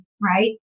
right